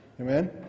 Amen